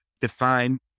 define